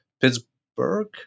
Pittsburgh